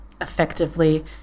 effectively